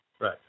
Right